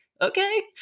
okay